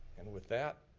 and with that,